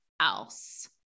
else